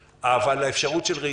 אבל האפשרות של אסונות נוספים,